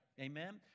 amen